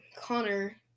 Connor